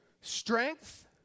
Strength